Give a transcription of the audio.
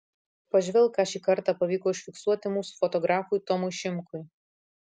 pažvelk ką šį kartą pavyko užfiksuoti mūsų fotografui tomui šimkui